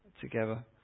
together